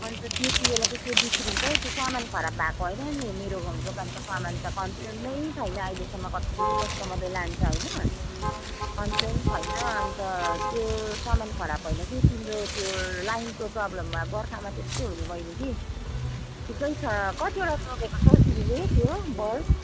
अन्त त्यति बेला चाहिँ त्यो बिग्रिन्छ हौ त्यो सामान खराब भएको होइन नि मेरो दोकानको सामान त कम्प्लेन नै छैन अहिलेसम्म कत्ति कस्टमरले लान्छ होइन कम्प्लेन छैन अन्त त्यो सामान खराब होइन कि तिम्रो त्यो लाइनको प्रब्लम बर्खामा त्यस्तै हो नि बैनी कि ठिकै छ कतिवटा लगेको छौ तिमीले त्यो बल्ब